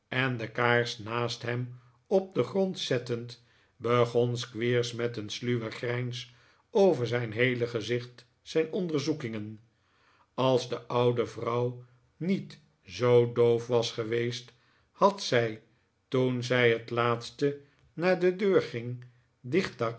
en de kaars naast hem op den grond zettend begon squeers met een sluwe grijns over zijn heele gezicht zijn onderzoekingen als de oude vrouw niet zoo doof was geweest had zij toen zij het laatst naar de deur ging